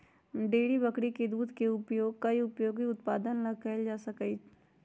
dairy बकरी के दूध के उपयोग कई उपयोगी उत्पादन ला कइल जा सका हई